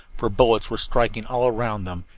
for bullets were striking all around them,